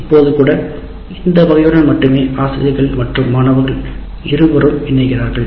இப்போது கூட இந்த வகையுடன் மட்டுமே ஆசிரியர்கள் மற்றும் மாணவர்கள் இருவரும் இணைகிறார்கள்